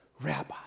Rabbi